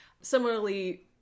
Similarly